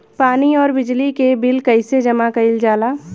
पानी और बिजली के बिल कइसे जमा कइल जाला?